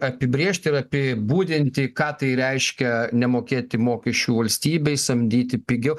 apibrėžt ir apibūdinti ką tai reiškia nemokėti mokesčių valstybei samdyti pigiau